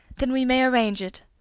then we may arrange it.